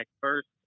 first